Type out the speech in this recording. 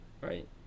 Right